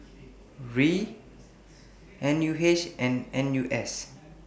R I N U H and N U S